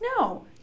no